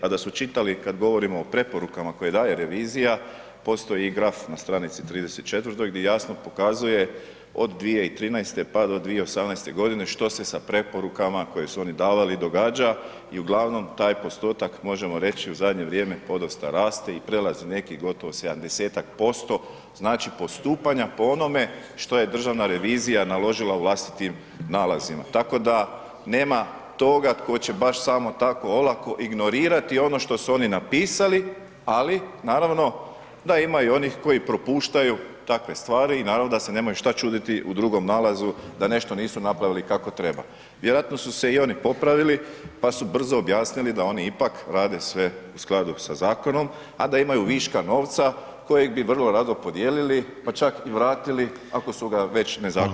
A da su čitali kad govorimo o preporukama koje daje revizija, postoji i graf na str. 34. di jasno pokazuje od 2013., pa do 2018.g. što se sa preporukama koje su oni davali događa i uglavnom taj postotak, možemo reći, u zadnje vrijeme podosta raste i prelazi nekih gotovo 70-tak%, znači, postupanja po onome što je Državna revizija naložila u vlastitim nalazima, tako da nema toga tko će baš samo tako olako ignorirati ono što su oni napisali, ali naravno, da ima i onih koji propuštaju takve stvari i naravno da se nemaju šta čuditi u drugom nalazu da nešto nisu napravili kako treba, vjerojatno su se i oni popravili, pa su brzo objasnili da oni ipak rade sve u skladu sa zakonom, a da imaju viška novca kojeg bi vrlo rado podijelili, pa čak i vratili ako su ga već nezakonito [[Upadica: Hvala]] uzeli.